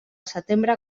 setembre